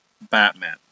Batman